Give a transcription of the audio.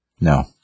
no